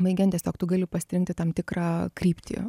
baigiant tiesiog tu gali pasirinkti tam tikrą kryptį